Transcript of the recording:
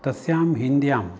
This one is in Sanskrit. तस्यां हिन्द्यां